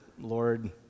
Lord